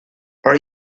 are